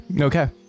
Okay